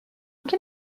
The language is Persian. ممکن